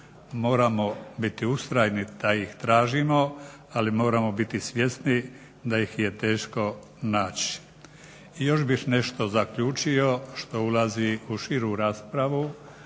Moramo biti ustrajni da ih tražimo, ali moramo biti svjesni da ih je teško naći. I još bih nešto zaključio što ulazi u širu raspravu,